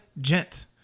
Gent